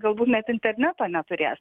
galbūt net interneto neturės